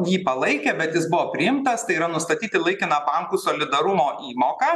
jį palaikė bet jis buvo priimtas tai yra nustatyti laikiną bankų solidarumo įmoką